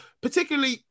particularly